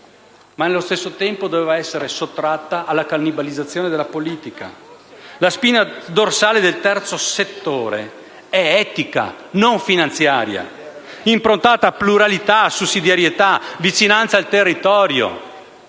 ma nello stesso tempo doveva essere sottratta alla cannibalizzazione della politica. La spina dorsale del terzo settore è etica, non finanziaria; è improntata a pluralità, sussidiarietà, vicinanza al territorio